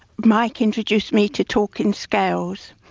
mike introduced me to talking scales,